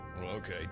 okay